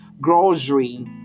grocery